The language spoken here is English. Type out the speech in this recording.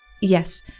yes